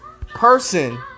Person